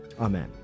Amen